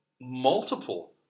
multiple